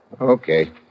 Okay